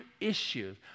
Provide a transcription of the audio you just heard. issues